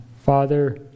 father